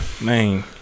Man